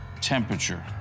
Temperature